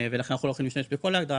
ולכן אנחנו לא יכולים להשתמש בכל ההגדרה,